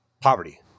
poverty